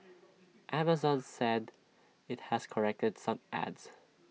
Amazon said IT has corrected some ads